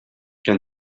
can